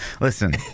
listen